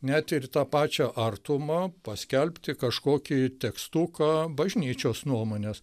net ir į tą pačią artumą paskelbti kažkokį tekstuką bažnyčios nuomones